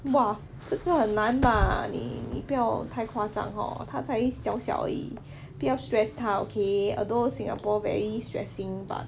!wah! 这个很难吧你你不要太夸张 orh 他才小小而已不要 stress okay although singapore very stressing